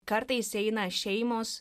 kartais eina šeimos